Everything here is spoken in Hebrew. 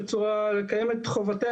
בתי גידול יבשתיים הצטרפו